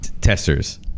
Testers